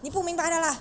你不明白的啦